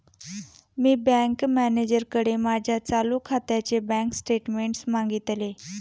मी bank मॅनेजरकडे माझ्या चालू खात्याचे बँक स्टेटमेंट्स मागितले